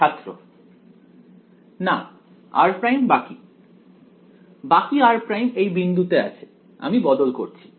ছাত্র না r' বাকি বাকি r' এই বিন্দুতে আছে আমি বদল করছি